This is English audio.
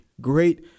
great